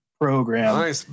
program